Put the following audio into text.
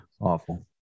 awful